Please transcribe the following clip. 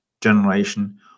generation